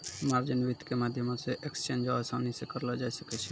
margin वित्त के माध्यमो से एक्सचेंजो असानी से करलो जाय सकै छै